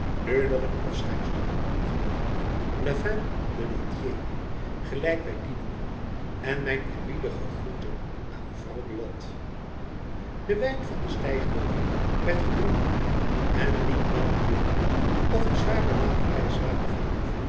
nu nog een afscheidsdronk genomen le vin de létrier gelijk wy dien noemen en mijn eerbiedige groete aan mevrouw buat de wijn van den stijgbeugel werd gedronken en niet lang duurde het of de zwaar beladen reiswagen van